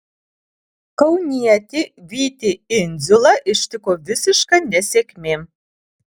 kaunietį vytį indziulą ištiko visiška nesėkmė